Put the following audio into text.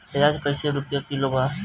प्याज कइसे रुपया किलो बा?